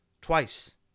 twice